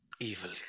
Evil